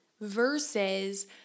versus